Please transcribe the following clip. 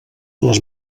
les